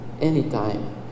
anytime